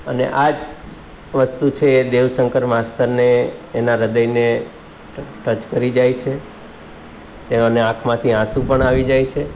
અને આ જ વસ્તુ છે એ દેવશંકર માસ્તરને એના હ્રદયને ટચ કરી જાય છે તેઓની આંખમાંથી આંસુ પણ આવી જાય છે